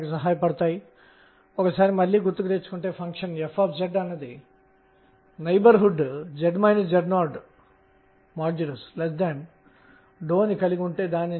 తదుపరి పరిగణించబోయేది 3 డైమెన్షనల్ మితీయ అంశం